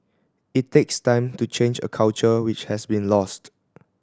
it takes time to change a culture which has been lost